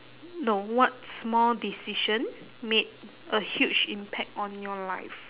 no what small decision made a huge impact on your life